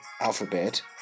alphabet